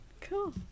Cool